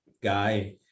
guy